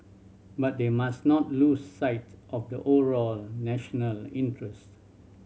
but they must not lose sight of the overall national interest